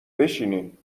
بشینین